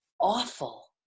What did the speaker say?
awful